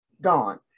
gone